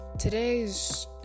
Today's